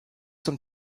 zum